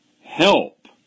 help